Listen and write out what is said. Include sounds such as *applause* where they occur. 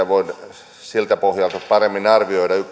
*unintelligible* voi siltä pohjalta paremmin arvioida